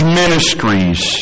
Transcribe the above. ministries